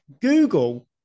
google